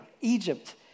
Egypt